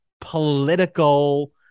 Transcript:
political